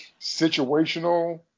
situational